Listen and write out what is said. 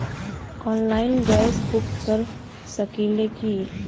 Online gas book कर सकिले की?